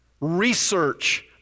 research